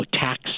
tax